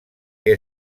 què